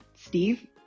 Steve